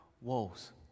Walls